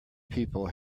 people